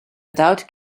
without